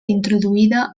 introduïda